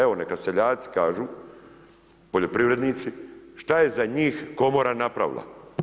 Evo, neka seljaci kažu, poljoprivrednici, šta je za njih Komora napravila?